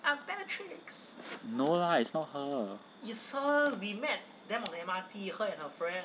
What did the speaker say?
no lah it's not her